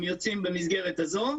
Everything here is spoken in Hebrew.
הם יוצאים במסגרת הזו.